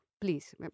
please